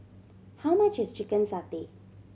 how much is chicken satay